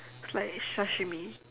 it's like sashimi